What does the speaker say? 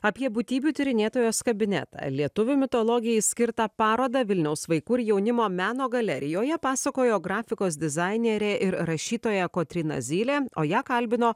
apie būtybių tyrinėtojos kabinetą lietuvių mitologijai skirtą parodą vilniaus vaikų ir jaunimo meno galerijoje pasakojo grafikos dizainerė ir rašytoja kotryna zylė o ją kalbino